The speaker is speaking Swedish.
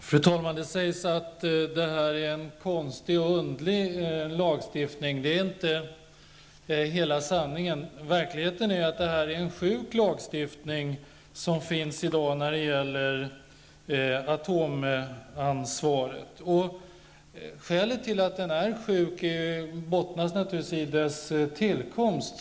Fru talman! Det sägs att detta är en konstig och underlig lagstiftning. Det är inte hela sanningen. Verkligheten är att den lagstiftning som finns i dag när det gäller atomansvaret är sjuk. Skälet till att den är sjuk är naturligtvis dess tillkomst.